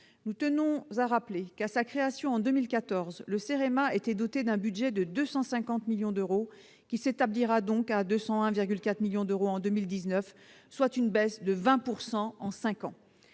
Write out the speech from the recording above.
soit 5,5 %. Je rappelle qu'à sa création, en 2014, l'établissement était doté d'un budget de 250 millions d'euros. Il s'établira donc à 201,4 millions d'euros en 2019, soit une baisse de 20 % en cinq ans.